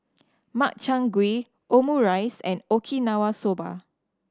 Makchang Gui Omurice and Okinawa Soba